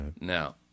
Now